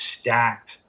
stacked